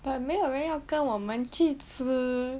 but 没有人要跟我们去吃